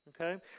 okay